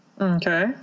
Okay